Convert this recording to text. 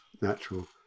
natural